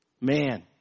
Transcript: Man